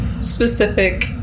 specific